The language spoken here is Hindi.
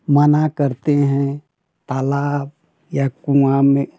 मना करते हैं तालाब या कुवाँ में